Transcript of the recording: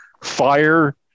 fire